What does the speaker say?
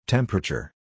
Temperature